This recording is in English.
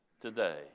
today